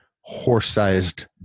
horse-sized